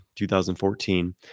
2014